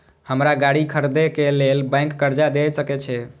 हमरा गाड़ी खरदे के लेल बैंक कर्जा देय सके छे?